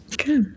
Okay